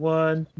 one